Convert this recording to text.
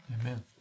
Amen